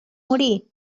morir